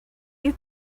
you